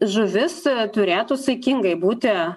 žuvis turėtų saikingai būti